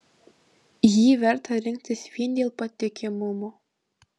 jį verta rinktis vien dėl patikimumo